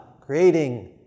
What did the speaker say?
creating